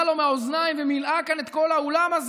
לו מהאוזניים ומילאה כאן את כל האולם הזה.